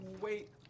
Wait